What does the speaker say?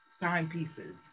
timepieces